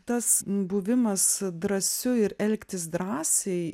tas buvimas drąsiu ir elgtis drąsiai